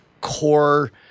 core